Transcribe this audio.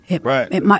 Right